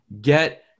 get